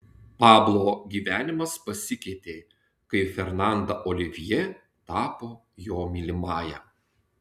pablo gyvenimas pasikeitė kai fernanda olivjė tapo jo mylimąja